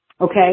okay